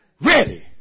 ready